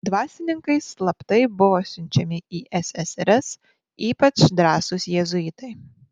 dvasininkai slaptai buvo siunčiami į ssrs ypač drąsūs jėzuitai